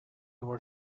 were